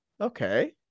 Okay